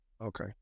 Okay